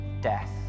death